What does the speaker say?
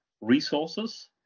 resources